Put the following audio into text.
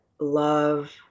love